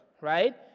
right